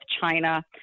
China